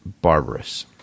barbarous